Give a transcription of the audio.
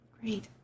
Great